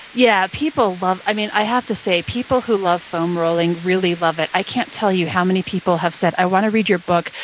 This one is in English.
yeah, people love, i mean, i have to say, people who love foam rolling really love it. i can't tell you how many people have said, i want to read your book.